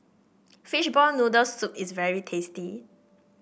Fishball Noodle Soup is very tasty